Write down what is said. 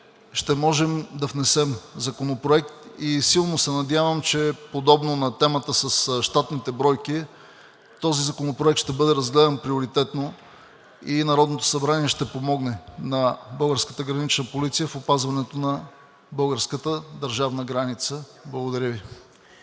ще можем да внесем законопроект. Силно се надявам, че подобно на темата с щатните бройки този законопроект ще бъде разгледан приоритетно и Народното събрание ще помогне на българската гранична полиция в опазването на българската държавна граница. Благодаря Ви.